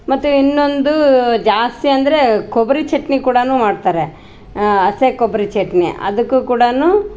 ಮತ್ತು ಇನ್ನೊಂದು ಜಾಸ್ತಿ ಅಂದರೆ ಕೊಬ್ಬರಿ ಚಟ್ನಿ ಕೂಡಾನು ಮಾಡ್ತಾರೆ ಹಸಿಕೊಬ್ರಿ ಚಟ್ನಿ ಅದಕ್ಕು ಕೂಡಾನು